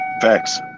Facts